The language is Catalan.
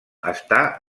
està